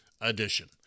edition